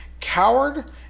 Coward